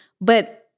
But-